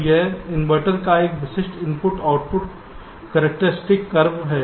और यह इन्वर्टर का एक विशिष्ट इनपुट आउटपुट करैक्टरस्टिक कर्व है